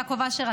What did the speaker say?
יעקב אשר,